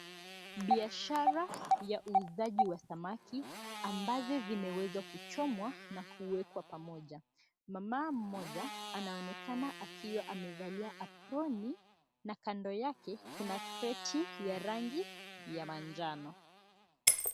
Biashara ya uuzaji wa samaki ambazo zimeweza kuchomwa na kuwekwa pamoja. Mamaa mmoja anaonekana akiwa amevalia aproni na kando yake kuna kreti ya rangi ya manjano.